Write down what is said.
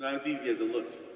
as easy as it looks.